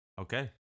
okay